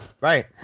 Right